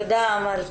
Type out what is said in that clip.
תודה, אמל.